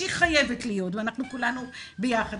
שחייבת להיות ואנחנו כולנו ביחד.